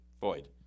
void